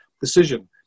decision